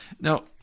Now